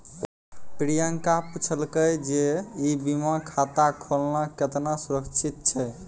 प्रियंका पुछलकै जे ई बीमा खाता खोलना केतना सुरक्षित छै?